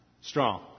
strong